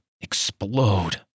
explode